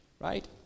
right